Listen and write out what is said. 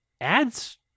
ads